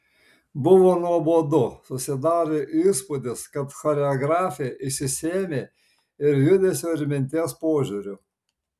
buvo nuobodu susidarė įspūdis kad choreografė išsisėmė ir judesio ir minties požiūriu